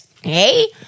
Hey